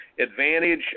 advantage